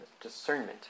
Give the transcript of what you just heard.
discernment